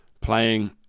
playing